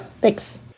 Thanks